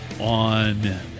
on